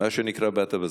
מה שנקרא, באת בזמן,